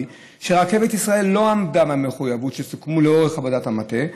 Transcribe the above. שרכבת ישראל לא עמדה במחויבויות שסוכמו לאורך עבודת המטה,